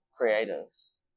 creatives